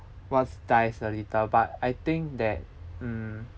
what's dies a little but I think that mm